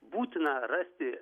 būtina rasti